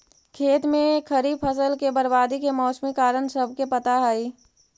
खेत में खड़ी फसल के बर्बादी के मौसमी कारण सबके पता हइ